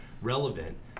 relevant